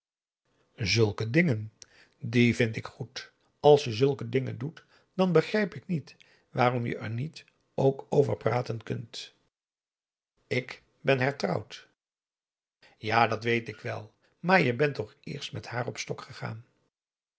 zulke dingen die vind ik goed als je zulke dingen doet dan begrijp ik niet waarom je er niet ook over praten kunt ik ben hertrouwd ja dat weet ik wel maar je bent toch eerst met haar op stok gegaan